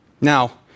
Now